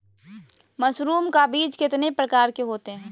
Mushroom का बीज कितने प्रकार के होते है?